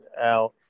out